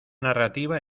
narrativa